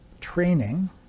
training